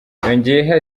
yongeyeho